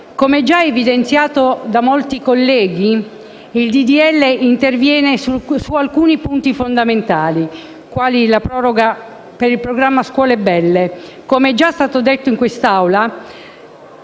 Come già evidenziato da molti colleghi, il decreto-legge interviene su alcuni punti fondamentali, quali la proroga del programma scuole belle e - come è già stato detto in quest'Aula